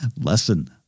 Lesson